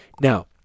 Now